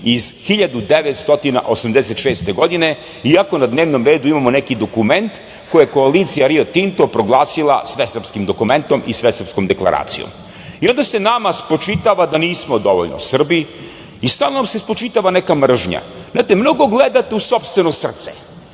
iz 1986. godine, iako na dnevnom redu imamo neki dokument koji je koalicija „Rio Tinto“ proglasila svesrpskim dokumentom i svesrpskom deklaracijom.I onda se nama spočitava da nismo dovoljno Srbi i stalno nam se spočitava neka mržnja. Znate, mnogo gledate u sopstveno srce